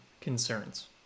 Concerns